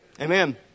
Amen